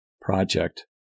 project